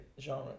genre